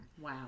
Wow